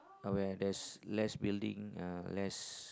are where there's less building uh less